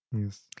Yes